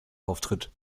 auftritt